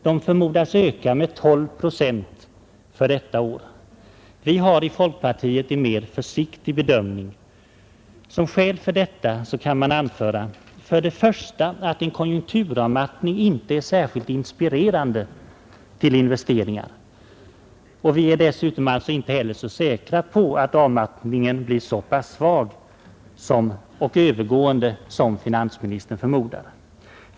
De förmodas öka med 12 procent för detta år. Vi har i folkpartiet en mer försiktig bedömning. Som skäl för detta kan man anföra för det första att en konjunkturavmattning inte är särskilt inspirerande till stora investeringar, och vi är dessutom inte heller så säkra på att avmattningen blir så svag och övergående som finansministern förmodar.